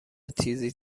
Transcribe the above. تیزی